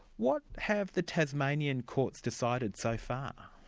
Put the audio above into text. what have the tasmanian courts decided so far?